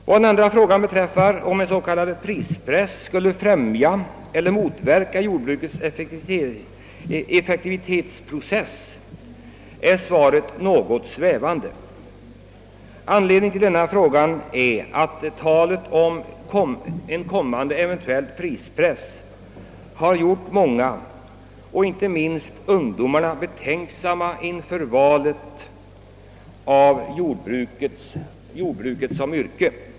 Vad min andra fråga beträffar, huruvida en s.k. prispress skulle främja eller motverka jordbrukets effektivitetsprocess, är svaret något svävande. Anledningen till den frågan var talet om en kommande eventuell prispress, vilket har gjort att många, inte minst ungdomarna, blivit tveksamma när det gällt att välja jordbruket som yrke.